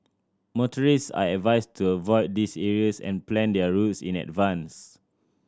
motorist are advised to avoid these areas and plan their routes in advance